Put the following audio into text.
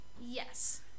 Yes